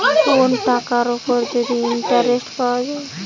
কোন টাকার উপর যদি ইন্টারেস্ট পাওয়া যায়